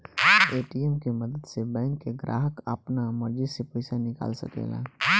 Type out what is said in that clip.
ATM के मदद से बैंक के ग्राहक आपना मर्जी से पइसा निकाल सकेला